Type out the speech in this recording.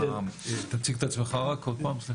תציג את עצמך עוד פעם.